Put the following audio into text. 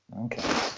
Okay